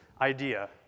idea